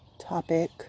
topic